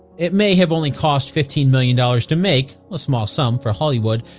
it may have only cost fifteen million dollars to make, a small sum for hollywood,